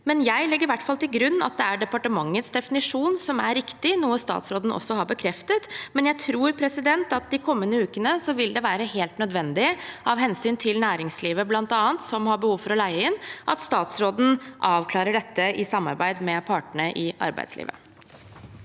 fall til grunn at det er departementets definisjon som er riktig, noe statsråden også har bekreftet. Jeg tror at i de kommende ukene vil det være helt nødvendig – av hensyn til næringslivet, bl.a., som har behov for å leie inn – at statsråden avklarer dette i samarbeid med partene i arbeidslivet.